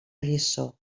lliçó